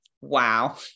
wow